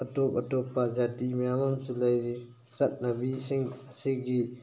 ꯑꯇꯣꯞ ꯑꯇꯣꯞꯄ ꯖꯥꯇꯤ ꯃꯌꯥꯝ ꯑꯃꯁꯨ ꯂꯩꯔꯤ ꯆꯠꯅꯕꯤꯁꯤꯡ ꯑꯁꯤꯒꯤ